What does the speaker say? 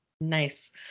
nice